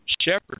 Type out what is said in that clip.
shepherd